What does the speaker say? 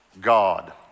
God